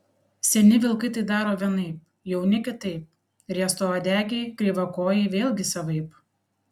seni vilkai tai daro vienaip jauni kitaip riestauodegiai kreivakojai vėlgi savaip